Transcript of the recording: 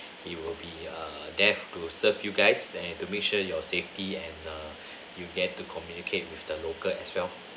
he will be err death to serve you guys and to make sure your safety and err you get to communicate with the local as well